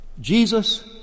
Jesus